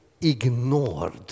ignored